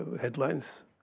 headlines